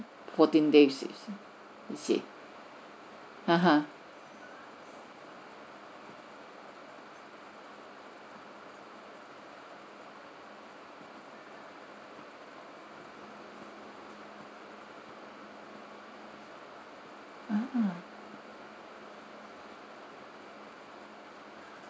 fourteen days you see a'ah mmhmm